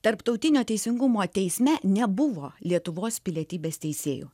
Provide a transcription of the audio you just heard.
tarptautinio teisingumo teisme nebuvo lietuvos pilietybės teisėjų